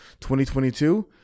2022